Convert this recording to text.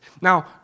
Now